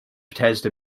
bethesda